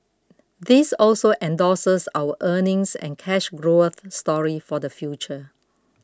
this also endorses our earnings and cash growth story for the future